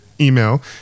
Email